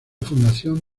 fundación